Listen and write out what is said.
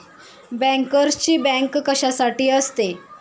बँकर्सची बँक कशासाठी असते?